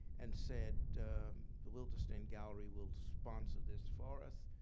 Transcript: and said the wildenstein gallery will sponsor this for us.